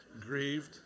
grieved